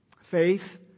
Faith